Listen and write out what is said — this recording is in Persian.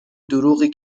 دروغی